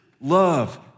love